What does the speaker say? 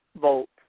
vote